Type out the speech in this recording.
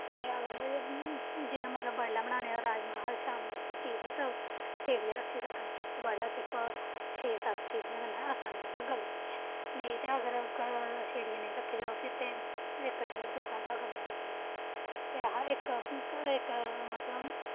ते अगर जि'यां मतलब बड्डलै बनाने हो राजमांह् अस शामीं उसी चीरी ओह् सेड़ियै रखी सकने ते बड्डलै सिर्फ छे सत्त सीटियां कन्नै असानी कन्नै गलींदे नेईं ते अगर ग सेड़ियै नेईं रखे दे हो फिर ते इक डेढ़ दो घैंटा गलने लग्गी दा ते अस इक इक मतलब